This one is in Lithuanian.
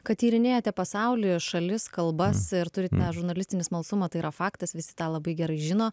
kad tyrinėjate pasaulį šalis kalbas ir turit tą žurnalistinį smalsumą tai yra faktas visi tą labai gerai žino